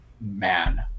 man